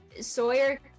Sawyer